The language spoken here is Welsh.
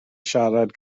siarad